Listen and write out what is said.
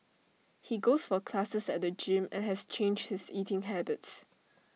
he goes for classes at the gym and has changed his eating habits